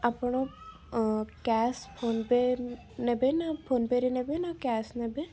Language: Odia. ଆପଣ କ୍ୟାସ୍ ଫୋନ ପେ ନେବେ ନା ଫୋନ ପେ'ରେ ନେବେ ନା କ୍ୟାସ୍ ନେବେ